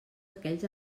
aquells